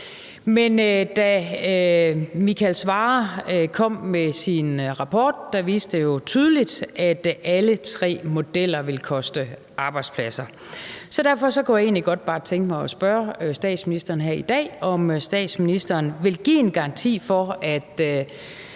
Men da Michael Svarer kom med sin rapport, viste den jo tydeligt, at alle tre modeller ville koste arbejdspladser. Så derfor kunne jeg egentlig bare godt tænke mig at spørge statsministeren her i dag, om statsministeren vil give en garanti for,